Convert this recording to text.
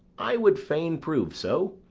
i would fain prove so.